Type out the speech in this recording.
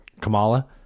Kamala